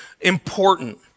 important